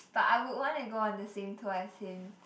but I would want to go on the same tour as him